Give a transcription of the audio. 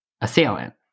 assailant